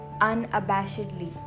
unabashedly